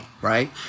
right